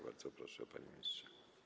Bardzo proszę, panie ministrze.